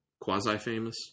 quasi-famous